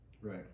Right